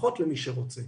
לפחות למי שרוצה.